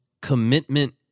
commitment